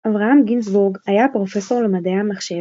אברהם גינזבורג היה פרופסור למדעי המחשב,